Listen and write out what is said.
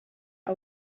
are